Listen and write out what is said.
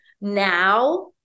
now